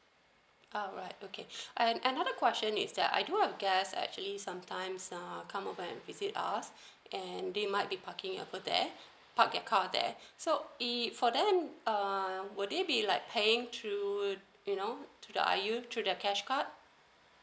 alright okay and another question is that I do have guest actually sometimes uh come over and visit us and they might be parking over there park their car there so if for them err would it be like paying through to you know to the I_U through the cash card